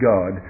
God